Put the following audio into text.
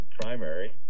primary